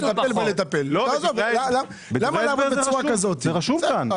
זה רשום כאן.